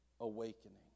awakening